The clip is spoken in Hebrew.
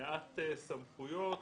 מעט סמכויות